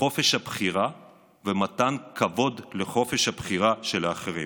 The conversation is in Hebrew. חופש הבחירה ומתן כבוד לחופש הבחירה של האחרים.